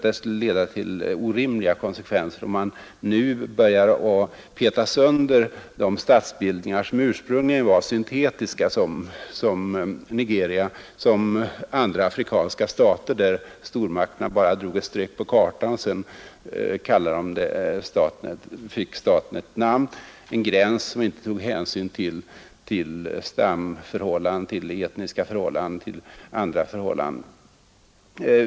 Det skulle leda till orimliga konsekvenser om man nu började peta sönder de statsbildningar som ursprungligen var syntetiska, såsom Nigeria och dessa andra afrikanska stater, där stormakterna bara drog ett streck på kartan varpå staten fick ett namn och en gräns som inte tog hänsyn till stamförhållanden, till etniska eller andra förhållanden.